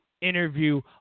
interview